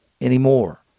anymore